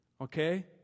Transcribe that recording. okay